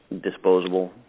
disposable